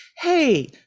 hey